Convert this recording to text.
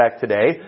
today